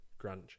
grunge